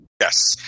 Yes